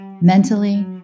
mentally